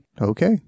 Okay